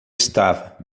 estava